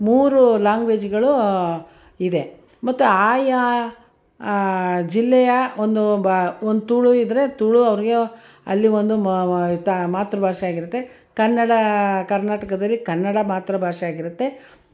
ಮೂರು ಲಾಂಗ್ವೇಜ್ಗಳು ಇದೆ ಮತ್ತು ಆಯಾ ಜಿಲ್ಲೆಯ ಒಂದು ಬ ಒಂದು ತುಳು ಇದ್ದರೆ ತುಳು ಅವ್ರಿಗೆ ಅಲ್ಲಿ ಒಂದು ಮಾತೃ ಭಾಷೆಯಾಗಿರುತ್ತೆ ಕನ್ನಡ ಕರ್ನಾಟಕದಲ್ಲಿ ಕನ್ನಡ ಮಾತೃ ಭಾಷೆಯಾಗಿರುತ್ತೆ